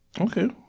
Okay